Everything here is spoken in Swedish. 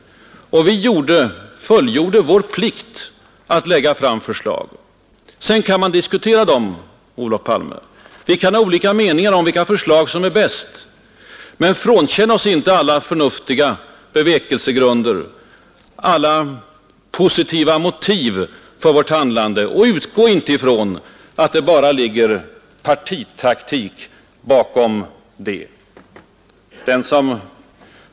Vi fullgjorde vår uppgift som oppositionsparti att lägga fram förslag. Sedan kan man diskutera dem, Olof Palme. Vi kan ha olika meningar om vilka förslag som är bäst. Men frånkänn oss inte alla förnuftiga bevekelsegrunder, alla positiva motiv för vårt handlande, och utgå inte från att det bara ligger partitaktik där bakom.